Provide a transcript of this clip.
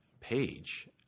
page